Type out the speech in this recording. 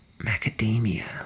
Macadamia